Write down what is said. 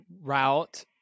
route